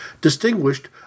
distinguished